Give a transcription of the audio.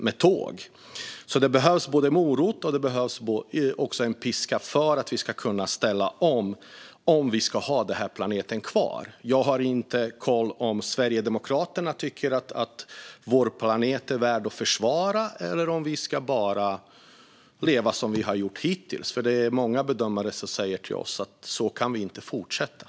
Det behövs alltså både morot och piska för att vi ska kunna ställa om, om vi ska ha denna planet kvar. Jag har inte koll på om Sverigedemokraterna tycker att vår planet är värd att försvara, eller om de tycker att vi bara ska leva som vi har gjort hittills. Många bedömare säger till oss att vi inte kan fortsätta på det sättet.